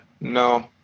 No